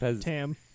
Tam